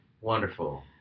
wonderful